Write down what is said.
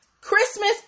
Christmas